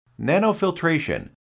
Nanofiltration